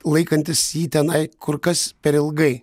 laikantis jį tenai kur kas per ilgai